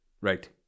right